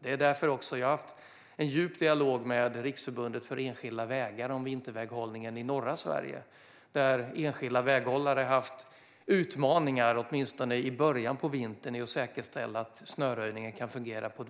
Det är därför jag har fört en djup dialog med Riksförbundet Enskilda Vägar om vinterväghållningen i norra Sverige, där enskilda väghållare åtminstone i början av vintern har haft utmaningar med att säkerställa att snöröjningen kan fungera på ett